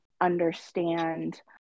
understand